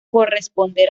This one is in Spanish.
corresponder